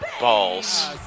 balls